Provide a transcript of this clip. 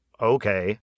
Okay